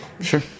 Sure